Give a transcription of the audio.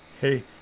Hey